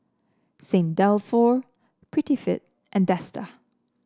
Saint Dalfour Prettyfit and Dester